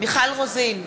מיכל רוזין,